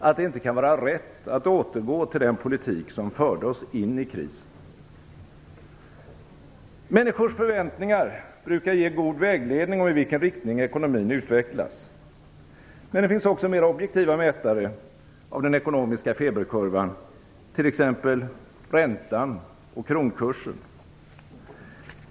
Att det inte kan vara rätt att återgå till den politik som förde oss in i krisen? Människors förväntningar brukar ge god vägledning om i vilken riktning ekonomin utvecklas. Men det finns också mera objektiva mätare av den ekonomiska feberkurvan, t.ex. räntan och kronkursen.